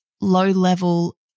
low-level